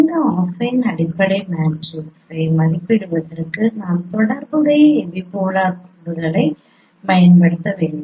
இந்த அஃபைன் அடிப்படை மேட்ரிக்ஸை மதிப்பிடுவதற்கு நாம் தொடர்புடைய எபிபோலார் கோடுகளைப் பயன்படுத்த வேண்டும்